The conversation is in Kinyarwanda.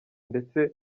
ndetse